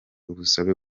ubusabe